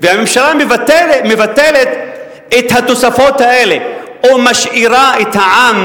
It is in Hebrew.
והממשלה מבטלת את התוספות האלה, או משאירה את העם